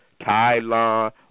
Thailand